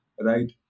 Right